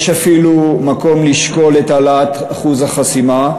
יש אפילו מקום לשקול את העלאת אחוז החסימה.